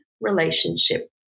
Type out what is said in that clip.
relationship